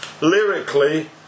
Lyrically